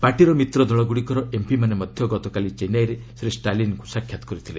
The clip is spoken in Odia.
ପାର୍ଟିର ମିତ୍ର ଦଳଗୁଡ଼ିକର ଏମ୍ପିମାନେ ମଧ୍ୟ ଗତକାଲି ଚେନ୍ନାଇରେ ଶ୍ରୀ ଷ୍ଟାଲିନ୍ଙ୍କୁ ସାକ୍ଷାତ କରିଥିଲେ